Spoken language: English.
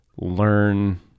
learn